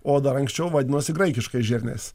o dar anksčiau vadinosi graikiškais žirniais